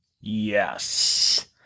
Yes